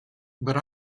but